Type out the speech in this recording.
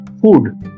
food